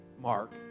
Mark